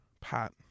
Pat